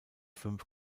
fünf